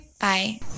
Bye